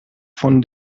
von